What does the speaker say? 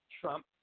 Trump